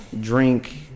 drink